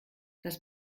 das